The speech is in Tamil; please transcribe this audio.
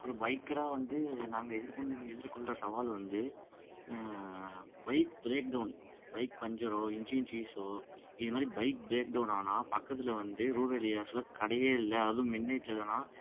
ஒரு பைக்கராக வந்து நாங்கள் எதிர்கொள் எதிர்கொள்கிற சவால் வந்து பைக் ப்ரேக் டவுன் பைக் பஞ்சரோ இன்ஜின் சீஸோ இது மாதிரி பைக் ப்ரேக் டௌன் ஆனால் பக்கத்தில் வந்து ரூரல் ஏரியாஸில் கடையே இல்லை அதுவும் மிட் நைட்டில் இல்லைன்னா